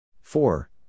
four